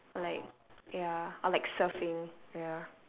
or like ya or like surfing ya